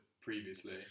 previously